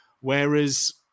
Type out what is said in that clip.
whereas